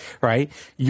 right